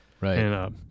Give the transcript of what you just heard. Right